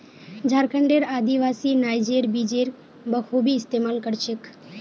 झारखंडेर आदिवासी नाइजर बीजेर बखूबी इस्तमाल कर छेक